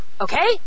okay